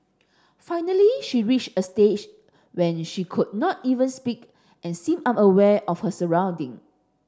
finally she reached a stage when she could not even speak and seemed unaware of her surrounding